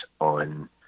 on